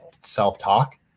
self-talk